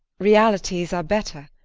realities are better.